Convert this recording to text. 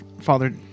Father